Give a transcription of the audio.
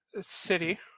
city